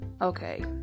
Okay